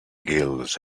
girls